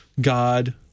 God